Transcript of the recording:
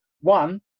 one